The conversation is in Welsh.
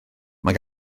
mae